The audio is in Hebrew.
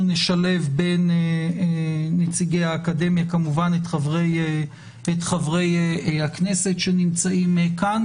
אנחנו נשלב בין נציגי האקדמיה כמובן את חברי הכנסת שנמצאים כאן,